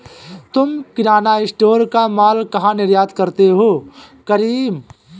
तुम किराना स्टोर का मॉल कहा निर्यात करते हो करीम?